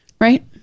Right